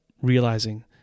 realizing